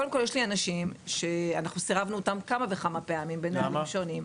קודם כל יש לי אנשים שאנחנו סירבנו אותם כמה וכמה פעמים בנהלים שונים.